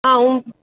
હા હું